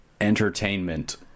entertainment